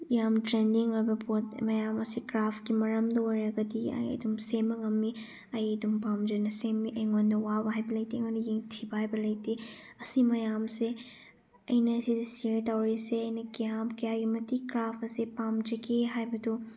ꯌꯥꯝ ꯇ꯭ꯔꯦꯟꯗꯤꯡ ꯑꯣꯏꯕ ꯄꯣꯠ ꯃꯌꯥꯝ ꯑꯁꯤ ꯀ꯭ꯔꯥꯐꯀꯤ ꯃꯔꯝꯗ ꯑꯣꯏꯔꯒꯗꯤ ꯑꯩ ꯑꯗꯨꯝ ꯁꯦꯝꯕ ꯉꯝꯃꯤ ꯑꯩ ꯑꯗꯨꯝ ꯄꯥꯝꯖꯅ ꯁꯦꯝꯃꯤ ꯑꯩꯉꯣꯟꯗ ꯋꯥꯕ ꯍꯥꯏꯕ ꯂꯩꯇꯦ ꯑꯩꯉꯣꯟꯗ ꯌꯦꯡꯊꯤꯕ ꯍꯥꯏꯕ ꯂꯩꯇꯦ ꯑꯁꯤ ꯃꯌꯥꯝꯁꯦ ꯑꯩꯅ ꯁꯤꯗ ꯁꯤꯌꯔ ꯇꯧꯔꯤꯁꯦ ꯑꯩꯅ ꯀꯌꯥꯝ ꯀꯌꯥꯒꯤ ꯃꯇꯤꯛ ꯀ꯭ꯔꯥꯐ ꯑꯁꯤ ꯄꯥꯝꯖꯒꯦ ꯍꯥꯏꯕꯗꯨ